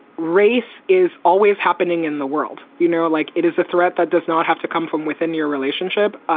race is always happening in the world you know, like it is a threat that does not have to come from within your relationship.